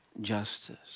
justice